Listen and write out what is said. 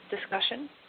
discussion